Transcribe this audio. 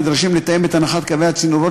הנדרשים לתאם את הנחת קווי הצינורות